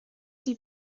die